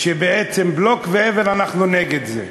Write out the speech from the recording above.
ובעצם בלוק ואבן, אנחנו נגד זה.